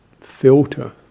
filter